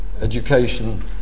education